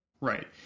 Right